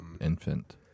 infant